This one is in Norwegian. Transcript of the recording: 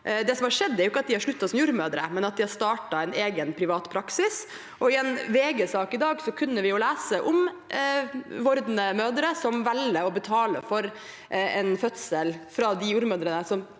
Det som har skjedd, er ikke at de har sluttet som jordmødre, men at de har startet egen privatpraksis. I en VG-sak i dag kunne vi lese om vordende mødre som velger å betale for en fødsel hos de jordmødrene som